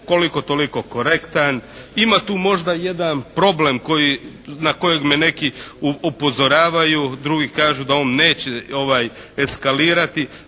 koliko toliko korektan. Ima tu možda jedan problem na kojeg me neki upozoravaju. Drugi kažu da on neće eskalirati.